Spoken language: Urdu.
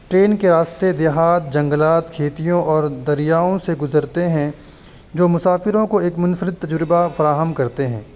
ٹرین کے راستے دیہات جنگلات کھیتیوں اور دریاؤں سے گزرتے ہیں جو مسافروں کو ایک منفرد تجربہ فراہم کرتے ہیں